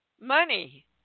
money